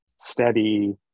steady